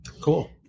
Cool